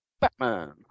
Batman